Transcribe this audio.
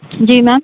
जी ma'am